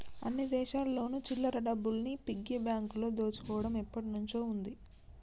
అన్ని దేశాల్లోను చిల్లర డబ్బుల్ని పిగ్గీ బ్యాంకులో దాచుకోవడం ఎప్పటినుంచో ఉంది